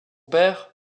père